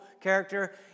character